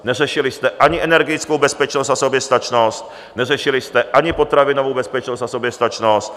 Neřešili jste ani energetickou bezpečnost a soběstačnost, neřešili jste ani potravinovou bezpečnost a soběstačnost.